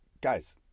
guys